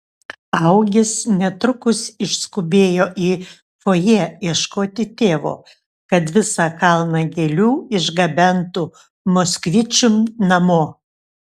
augis netrukus išskubėjo į fojė ieškoti tėvo kad visą kalną gėlių išgabentų moskvičium namo